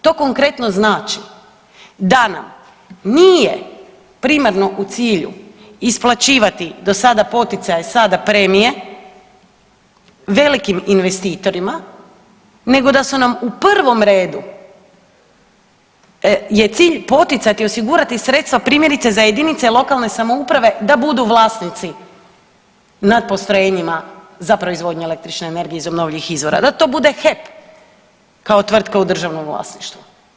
To konkretno znači da nam nije primarno u cilju isplaćivati do sada poticaje, sada premije velikim investitorima, nego da su nam u prvom redu je cilj poticati, osigurati sredstva primjerice za jedinice lokalne samouprave da budu vlasnici nad postrojenjima za proizvodnju električne energije iz obnovljivih izvora, da to bude HEP kao tvrtka u državnom vlasništvu.